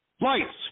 Lights